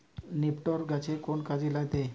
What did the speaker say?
নিপটর গাছের কোন কাজে দেয়?